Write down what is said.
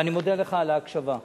ואני מודה לך על ההקשבה.